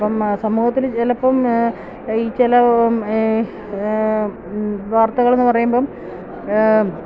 ഇപ്പം സമൂഹത്തില് ചിലപ്പോള് ഈ ചില വാർത്തകളെന്ന് പറയുമ്പോള്